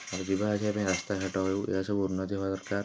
ଯିବା ଆସିବା ପାଇଁ ରାସ୍ତାଘାଟ ହେଉ ଏହାସବୁ ଉନ୍ନତି ହବା ଦରକାର